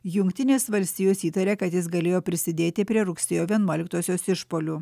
jungtinės valstijos įtaria kad jis galėjo prisidėti prie rugsėjo vienuoliktosios išpuolių